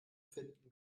finden